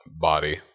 body